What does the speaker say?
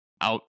out